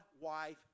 wife